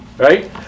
Right